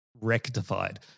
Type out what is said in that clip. rectified